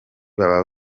baba